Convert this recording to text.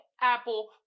Apple